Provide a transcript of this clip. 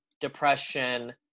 depression